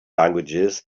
languages